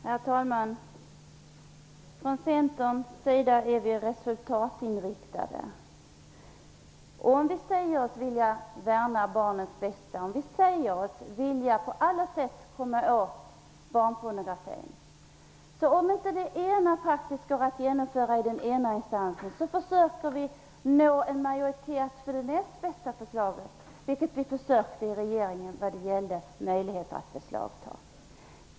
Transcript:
Herr talman! Vi i Centern är resultatinriktade. Vi säger att vi vill värna barnens bästa och på alla sätt komma åt barnpornografin. Om det ena inte praktiskt går att genomföra i den ena instansen försöker vi nå en majoritet för det näst bästa förslaget. Det försökte vi göra i regeringen när det gällde möjligheter att beslagta barnpornografi.